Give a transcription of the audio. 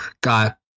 got